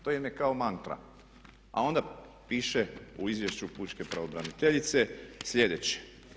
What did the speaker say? To im je kao mantra, a onda piše u izvješću pučke pravobraniteljice sljedeće.